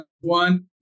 one